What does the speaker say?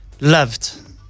loved